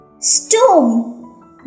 Storm